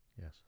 Yes